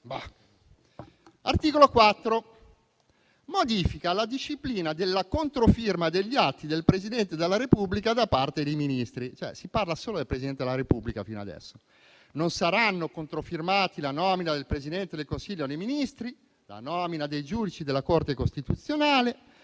L'articolo 4 modifica la disciplina della controfirma degli atti del Presidente della Repubblica da parte dei Ministri, cioè si parla solo del Presidente della Repubblica fino adesso. Non saranno controfirmati la nomina del Presidente del Consiglio dei ministri, la nomina dei giudici della Corte costituzionale,